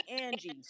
Angie